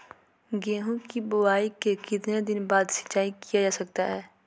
गेंहू की बोआई के कितने दिन बाद सिंचाई किया जाता है?